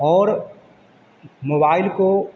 और मोबाइल को